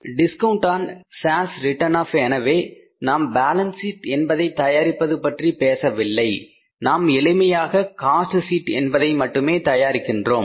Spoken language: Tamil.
discount on shares written off எனவே நாம் பாலன்ஸ் ஷீட் என்பதை தயாரிப்பது பற்றி பேசவில்லை நாம் எளிமையாக காஸ்ட் ஷீட் என்பதை மட்டுமே தயாரிக்கிறோம்